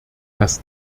das